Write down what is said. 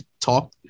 talk